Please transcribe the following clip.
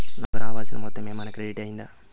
నాకు రావాల్సిన మొత్తము ఏమన్నా క్రెడిట్ అయ్యిందా